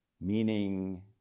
meaning